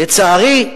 לצערי,